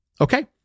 okay